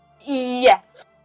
Yes